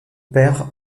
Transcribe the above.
père